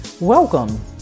Welcome